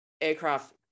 aircraft